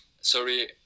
sorry